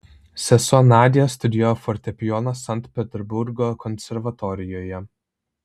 sesuo nadia studijuoja fortepijoną sankt peterburgo konservatorijoje